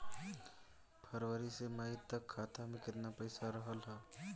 फरवरी से मई तक खाता में केतना पईसा रहल ह?